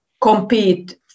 compete